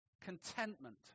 contentment